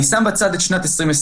זה 2019. אני שם בצד את שנת 2020,